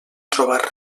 trobar